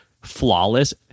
flawless